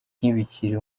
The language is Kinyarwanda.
ntibikiri